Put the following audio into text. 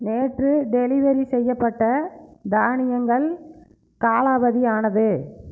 நேற்று டெலிவெரி செய்யப்பட்ட தானியங்கள் காலாவதி ஆனது